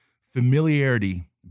familiarity